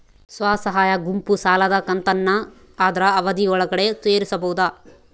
ಸ್ವಸಹಾಯ ಗುಂಪು ಸಾಲದ ಕಂತನ್ನ ಆದ್ರ ಅವಧಿ ಒಳ್ಗಡೆ ತೇರಿಸಬೋದ?